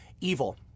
evil